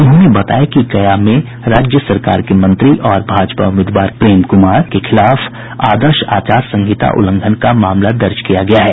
उन्होंने बताया कि गया में राज्य सरकार के मंत्री और भाजपा उम्मीदवार प्रेम कुमार के खिलाफ आदर्श आचार संहिता उल्लंघन का मामला दर्ज किया गया है